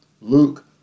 Luke